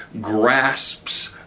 grasps